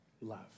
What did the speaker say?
love